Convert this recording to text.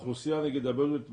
באוכלוסייה הבדואית בדרום,